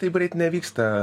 taip greit nevyksta